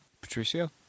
Patricio